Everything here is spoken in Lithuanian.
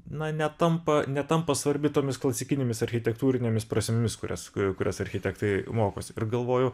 na netampa netampa svarbi tomis klasikinėmis architektūrinėmis prasmėmis kurias ku kurias architektai mokosi ir galvoju